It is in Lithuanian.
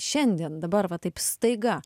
šiandien dabar va taip staiga